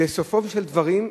וסופם של דברים,